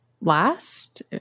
last